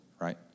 right